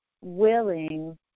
willing